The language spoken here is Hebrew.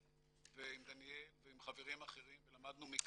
ועם דניאל ועם חברים אחרים ולמדנו מקרוב.